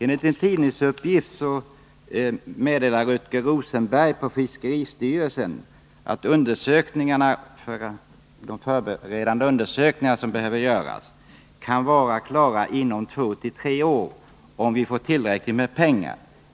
Enligt en tidningsuppgift meddelar Rutger Rosenberg på fiskeristyrelsen att de förberedande undersökningar som behöver göras ”kan vara klara inom två tilltre år om vi får tillräckligt med pengar.